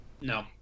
No